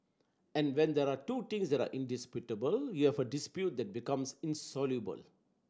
and when there are two things that are indisputable you have a dispute that becomes insoluble